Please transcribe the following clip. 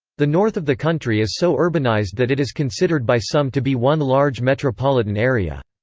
the north of the country is so urbanised that it is considered by some to be one large metropolitan area.